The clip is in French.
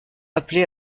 appelés